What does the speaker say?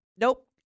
nope